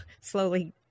slowly